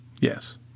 Yes